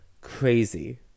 crazy